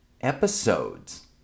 episodes